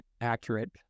accurate